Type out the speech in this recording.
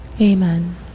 Amen